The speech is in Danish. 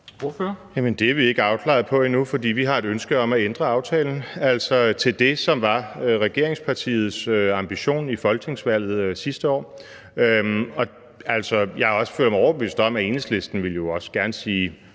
Det er vi ikke afklaret på endnu, for vi har et ønske om at ændre aftalen til det, som var regeringspartiets ambition ved folketingsvalget sidste år. Jeg føler mig også overbevist om, at Enhedslisten gerne ville